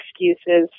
excuses